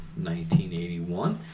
1981